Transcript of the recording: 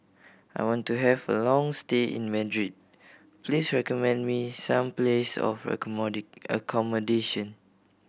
I want to have a long stay in Madrid please recommend me some places for accommodation